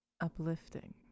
Uplifting